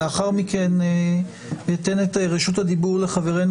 לאחר מכן אתן את רשות הדיבור לחברנו,